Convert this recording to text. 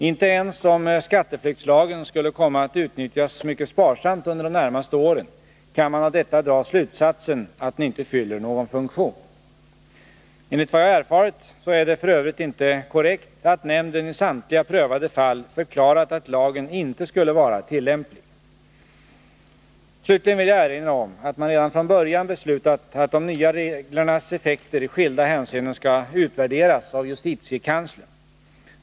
Inte ens om skatteflyktslagen skulle komma att utnyttjas mycket sparsamt under de närmaste åren kan man av detta dra slutsatsen att den inte fyller någon funktion. Enligt vad jag erfarit är det f. ö. inte korrekt att nämnden i samtliga prövade fall förklarat att lagen inte skulle vara tillämplig. Slutligen vill jag erinra om att man redan från början beslutat att de nya reglernas effekter i skilda hänseenden skall utvärderas av justitiekanslern.